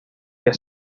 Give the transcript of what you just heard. que